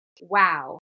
Wow